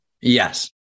yes